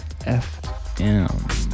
FM